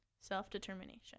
Self-determination